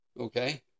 Okay